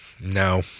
no